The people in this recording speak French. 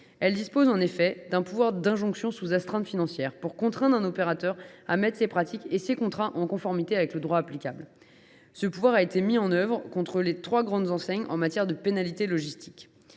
Elle dispose en effet d’un pouvoir d’injonction sous astreinte financière pour contraindre un opérateur à mettre ses pratiques et ses contrats en conformité avec le droit applicable. Ce pouvoir a été mis en œuvre contre les trois grandes enseignes qui pratiquaient des pénalités logistiques.